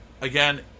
Again